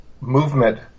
movement